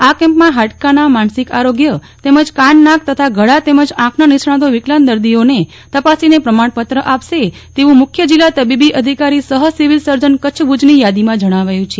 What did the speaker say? આ કેમ્પેમાં ફાડકાના માનસિક આરોગ્યતેમજ કાન નાક તથા ગળા તેમજ આંખના નિષ્ણાંતો વિકલાંગ દર્દીઓને તપાસીને પ્રમાણપત્ર આપશે તેવું મુખ્ય જિલ્લા તબીબી અધિકારી સફ સિવિલ સર્જન કચ્છ ભુજની યા દીમાં જણાવાયું છે